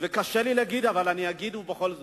וקשה לי להגיד אבל אני אגיד בכל זאת,